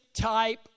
type